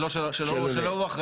שלא הוא אחראי.